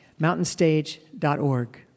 mountainstage.org